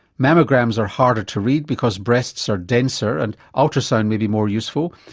mammograms are harder to read because breasts are denser and ultrasound may be more useful,